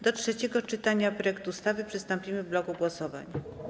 Do trzeciego czytania projektu ustawy przystąpimy w bloku głosowań.